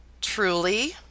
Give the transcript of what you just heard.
Truly